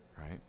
right